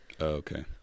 Okay